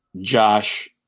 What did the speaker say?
Josh